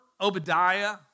Obadiah